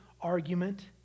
argument